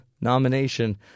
nomination